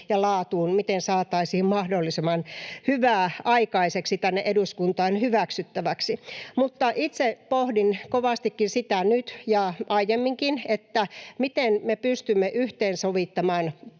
ja laatuun, miten saataisiin mahdollisimman hyvää aikaiseksi tänne eduskuntaan hyväksyttäväksi. Mutta itse pohdin kovastikin sitä nyt ja aiemminkin, miten me pystymme yhteensovittamaan poliittisten